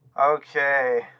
okay